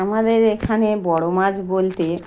আমাদের এখানে বড়ো মাছ বলতে